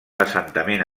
assentament